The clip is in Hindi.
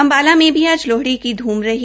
अम्बाला में भी आज लोहड़ी की ध्रम रही